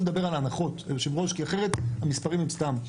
לדבר על ההנחות כי אחרת המספרים הם סתם.